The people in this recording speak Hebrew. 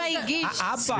אברהם,